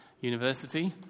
university